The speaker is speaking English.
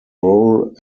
role